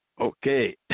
Okay